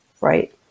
right